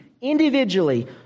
individually